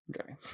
Okay